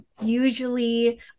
usually